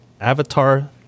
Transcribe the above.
avatar